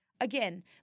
Again